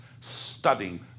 studying